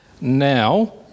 Now